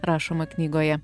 rašoma knygoje